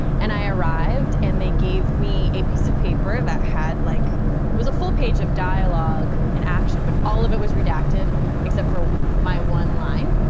and i arrived and they gave me a piece of paper that had like it was a full page of dialogue and action but all of it was redacted except for my one line.